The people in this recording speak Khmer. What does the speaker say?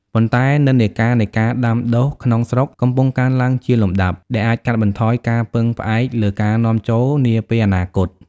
ប៉ុន្តែនិន្នាការនៃការដាំដុះក្នុងស្រុកកំពុងកើនឡើងជាលំដាប់ ដែលអាចកាត់បន្ថយការពឹងផ្អែកលើការនាំចូលនាពេលអនាគត។